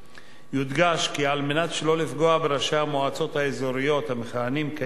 יודגש כי על מנת שלא לפגוע בראשי המועצות האזוריות המכהנים כיום,